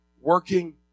working